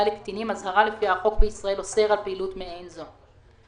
לקטינים אזהרה לפיה החוק בישראל אוסר על פעילות מעין זו.